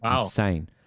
Insane